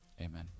Amen